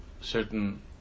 certain